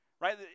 Right